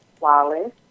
Wallace